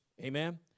Amen